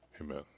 Amen